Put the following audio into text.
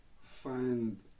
Find